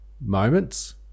moments